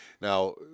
now